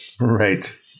right